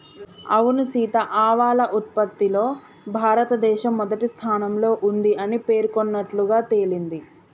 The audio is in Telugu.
అవును సీత ఆవాల ఉత్పత్తిలో భారతదేశం మొదటి స్థానంలో ఉంది అని పేర్కొన్నట్లుగా తెలింది